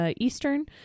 Eastern